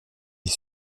les